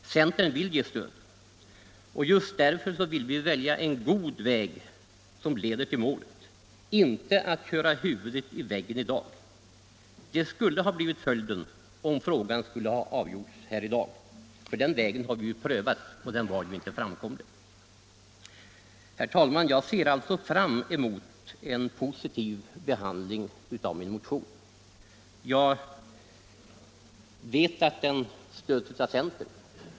Centern vill ge stöd. Just därför vill vi välja en god väg som leder till målet. Inte att köra huvudet i väggen i dag. Det skulle ha blivit följden om frågan hade avgjorts här i dag. Den vägen har ju prövats förut och den var inte framkomlig. Herr talman! Jag ser alltså fram emot en positiv behandling av min motion. Jag vet att den stöds av centern.